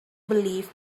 believed